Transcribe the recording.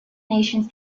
nations